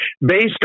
based